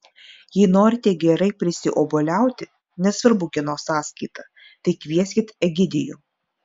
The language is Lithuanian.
jei norite gerai prisiobuoliauti nesvarbu kieno sąskaita tai kvieskit egidijų